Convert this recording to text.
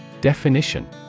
Definition